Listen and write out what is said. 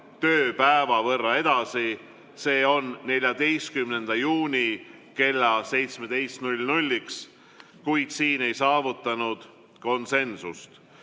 tööpäeva võrra edasi, s.o 14. juuni kella 17-ks, kuid siin ei saavutatud konsensust.